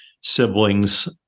siblings